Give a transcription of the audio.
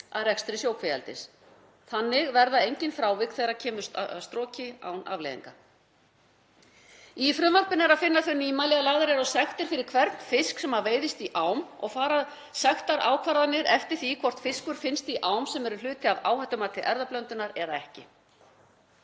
Þannig verði engin frávik þegar kemur að stroki án afleiðinga. Í frumvarpinu er að finna þau nýmæli að lagðar eru á sektir fyrir hvern fisk sem veiðist í ám og fara sektarákvarðanir eftir því hvort fiskur finnst í ám sem eru hluti af áhættumati erfðablöndunar eða ekki.